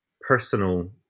personal